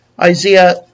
Isaiah